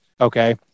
Okay